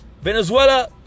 Venezuela